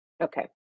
Okay